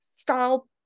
style